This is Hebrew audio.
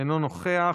אינו נוכח,